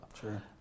Sure